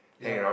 ya